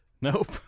Nope